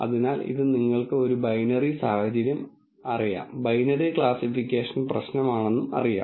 അതിനാൽ ഇത് നിങ്ങൾക്ക് ഒരു ബൈനറി സാഹചര്യം അറിയാം ബൈനറി ക്ലാസിഫിക്കേഷൻ പ്രശ്നം അറിയാം